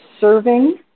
serving